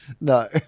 no